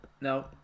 No